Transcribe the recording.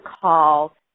call